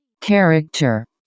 character